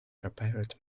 prepared